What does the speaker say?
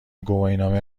گواهینامه